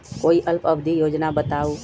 कोई अल्प अवधि योजना बताऊ?